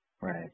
Right